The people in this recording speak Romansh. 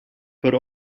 per